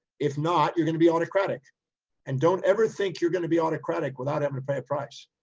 if not, you're going to be autocratic and don't ever think you're going to be autocratic without having to pay a price.